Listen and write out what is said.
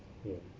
yeah